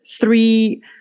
three